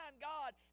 God